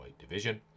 division